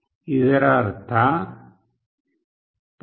ಇದರರ್ಥ 0